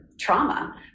trauma